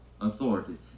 authority